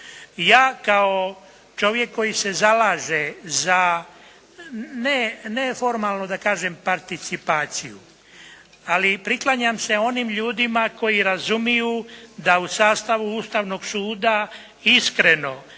Ja kao čovjek koji se zalaže za ne formalno da kažem participaciju, ali priklanjam se onim ljudima koji razumiju da u sastavu Ustavnog suda iskreno